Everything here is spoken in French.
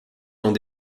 dans